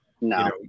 No